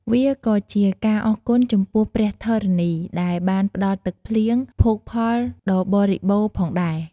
វាក៏ជាការអរគុណចំពោះព្រះធរណី ដែលបានផ្ដល់ទឹកភ្លៀង ភោគផលដ៏បរិបូរណ៍ផងដែរ។